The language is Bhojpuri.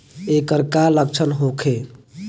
ऐकर का लक्षण होखे?